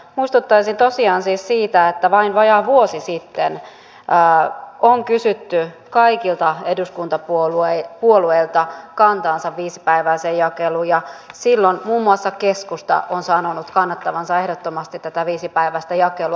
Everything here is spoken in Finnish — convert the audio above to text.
muistuttaisin tosiaan siis siitä että vain vajaa vuosi sitten on kysytty kaikilta eduskuntapuolueilta heidän kantaansa viisipäiväiseen jakeluun ja silloin muun muassa keskusta on sanonut kannattavansa ehdottomasti tätä viisipäiväistä jakelua